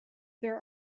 there